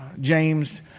James